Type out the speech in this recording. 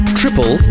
triple